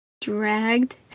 dragged